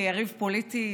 כיריבה פוליטית,